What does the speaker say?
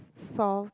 salt